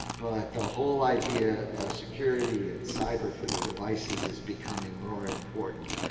the whole idea of security and cyber for the devices is becoming more important.